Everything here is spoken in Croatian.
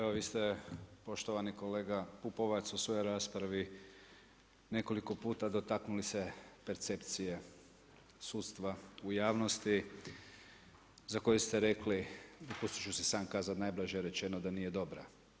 Evo, vi ste poštovani kolega Pupovac u svojoj raspravi nekoliko puta dotaknuli se percepcije sudstva u javnosti, za koju ste rekli, poslije ću si sam kazati, najblaže rečeno da nije dobra.